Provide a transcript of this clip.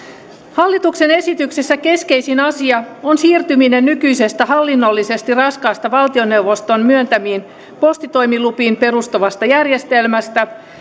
hallituksen esityksessä keskeisin asia on siirtyminen nykyisestä hallinnollisesti raskaasta valtioneuvoston myöntämiin postitoimilupiin perustuvasta järjestelmästä